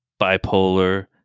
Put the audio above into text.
bipolar